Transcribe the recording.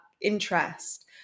interest